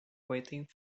waiting